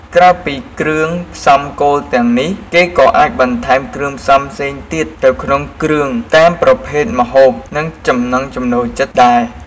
ក្រៅពីគ្រឿងផ្សំគោលទាំងនេះ គេក៏អាចបន្ថែមគ្រឿងផ្សំផ្សេងទៀតទៅក្នុងគ្រឿងតាមប្រភេទម្ហូប និងចំណង់ចំណូលចិត្តដែរ។